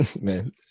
Man